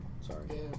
Sorry